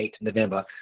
November